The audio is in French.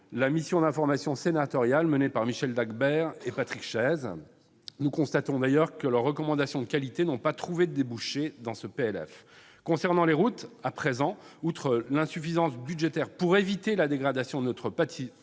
la mission d'information sénatoriale menée par Michel Dagbert et Patrick Chaize. Nous constatons d'ailleurs que leurs recommandations de qualité n'ont pas trouvé de débouchés dans ce projet de loi de finances. Je voudrais à présent aborder les routes. Outre l'insuffisance budgétaire pour éviter la dégradation de notre patrimoine,